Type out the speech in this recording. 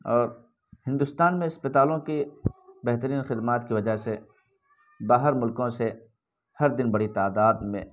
اور ہندوستان میں اسپتالوں کی بہترین خدمات کی وجہ سے باہر ملکوں سے ہر دن بڑی تعداد میں